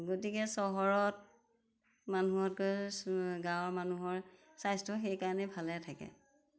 গতিকে চহৰত মানুহতকৈ গাঁৱৰ মানুহৰ স্বাস্থ্য সেইকাৰণে ভালে থাকে